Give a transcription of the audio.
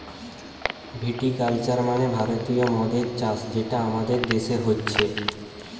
ভিটি culture মানে ভারতীয় মদের চাষ যেটা আমাদের দেশে হচ্ছে